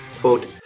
quote